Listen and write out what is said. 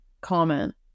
comment